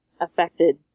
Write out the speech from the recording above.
affected